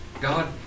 God